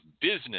business